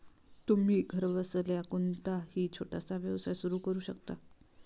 तुम्ही घरबसल्या कोणताही छोटासा व्यवसाय सुरू करू शकता